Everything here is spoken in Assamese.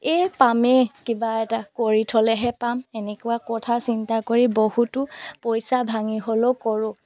এই পামেই কিবা এটা কৰি থ'লেহে পাম এনেকুৱা কথা চিন্তা কৰি বহুতো পইচা ভাঙি হ'লেও কৰোঁ